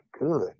good